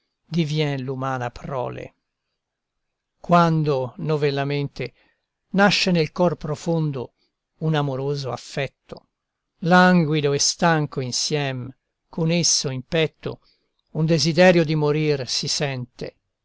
divien l'umana prole quando novellamente nasce nel cor profondo un amoroso affetto languido e stanco insiem con esso in petto un desiderio di morir si sente